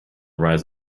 rise